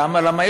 למה?